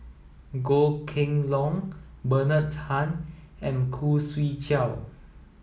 Goh Kheng Long Bernard Tan and Khoo Swee Chiow